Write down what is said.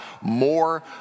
more